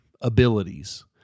abilities